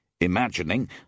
imagining